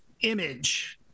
image